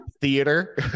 theater